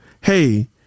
hey